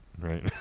right